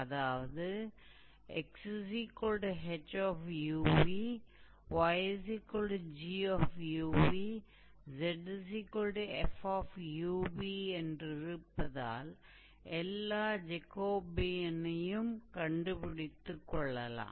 அதாவது 𝑥ℎ𝑢𝑣 𝑦𝑔𝑢𝑣 𝑧𝑓𝑢𝑣 என்றிருப்பதால் எல்லா ஜேகோபியனையும் கண்டுபிடித்துக் கொள்ளலாம்